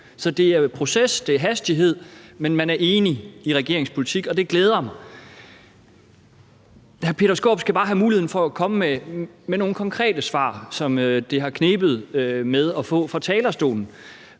jo om proces og hastighed, men man er enig i regeringens politik, og det glæder mig. Hr. Peter Skaarup skal bare have mulighed for at komme med nogle konkrete svar, som det har knebet med at få oppe fra talerstolen.